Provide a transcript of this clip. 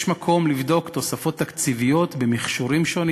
יש מקום לבדוק תוספות תקציביות למכשורים שונים